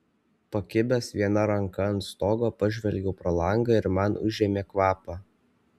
pakibęs viena ranka ant stogo pažvelgiau pro langą ir man užėmė kvapą